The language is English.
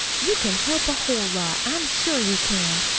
you can help a whole lot. i'm sure you can.